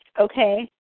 okay